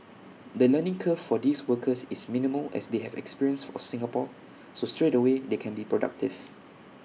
the learning curve for these workers is minimal as they have experience of Singapore so straightaway they can be productive